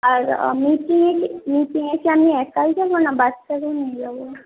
আর আমি কি মিটিংয়ে কি আমি একাই যাব না বাচ্চাকে নিয়ে যাব